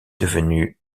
devenu